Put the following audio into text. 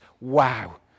Wow